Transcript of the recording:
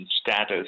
status